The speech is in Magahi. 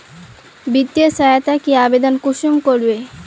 वित्तीय सहायता के आवेदन कुंसम करबे?